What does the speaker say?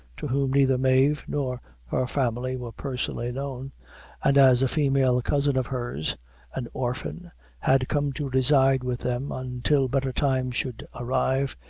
to whom neither mave nor her family were personally known and as a female cousin of hers an orphan had come to reside with them until better times should arrive,